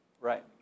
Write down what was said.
Right